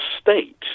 state